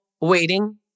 waiting